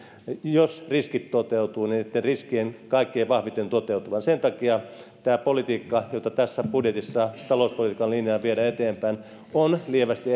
jos riskit toteutuvat riskien kaikkein vahvimmin toteutuvan sen takia tämä politiikka jota tässä budjetissa talouspolitiikan linjalla viedään eteenpäin on lievästi